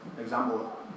example